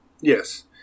Yes